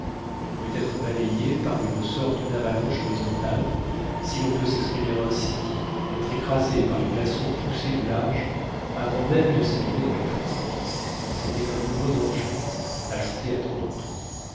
elle pouvait être balayée par une sorte d'avalanche horizontale si l'on peut s'exprimer ainsi être écrasée par les glaçons poussés du large avant même de s'abîmer dans les flots c'était un nouveau danger ajouté à tant d'autres